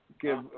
give